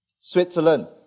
Switzerland